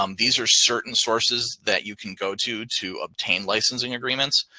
um these are certain sources that you can go to to obtain licensing agreements.